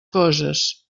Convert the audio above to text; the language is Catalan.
coses